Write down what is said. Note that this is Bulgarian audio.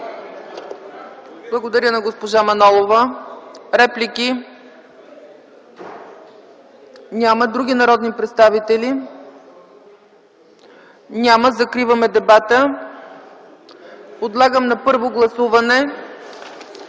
Благодаря на госпожа Манолова. Реплики? Няма. Други народни представители? Няма. Закриваме дебата. Моля, гласувайте